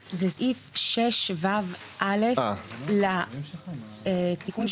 זה סעיף 6ו(א) לתיקון,